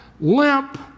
limp